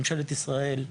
ממשלת ישראל,